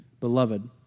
Beloved